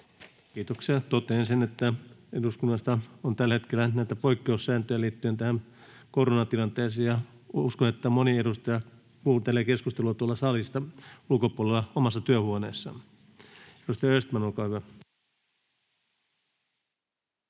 Kiitoksia. — Totean sen, että eduskunnassa on tällä hetkellä näitä poikkeussääntöjä liittyen tähän koronatilanteeseen ja uskon, että moni edustaja kuuntelee keskustelua salin ulkopuolella omassa työhuoneessaan. — Edustaja Östman, olkaa hyvä.